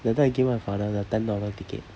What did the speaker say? that time I gave my father the ten dollar ticket